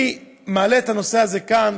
אני מעלה את הנושא הזה כאן,